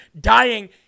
dying